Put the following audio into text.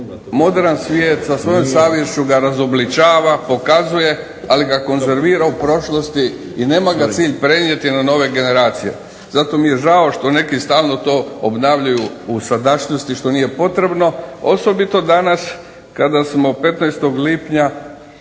moderan svijet sa svojom savjesti ga razobličava, pokazuje, ali ga konzervira u prošlosti i nema ga cilj prenijeti na nove generacije. Zato mi je žao što neki stalno to obnavljaju u sadašnjosti što nije potrebno, osobito danas kada smo 15. lipnja